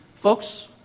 folks